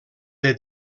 del